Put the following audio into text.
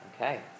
Okay